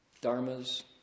Dharma's